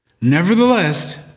nevertheless